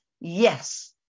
yes